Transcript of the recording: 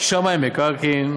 שמאי מקרקעין,